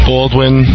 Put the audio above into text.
Baldwin